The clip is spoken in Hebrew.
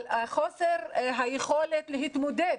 על חוסר היכולת להתמודד.